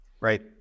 Right